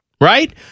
right